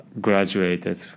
graduated